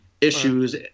issues